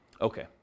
okay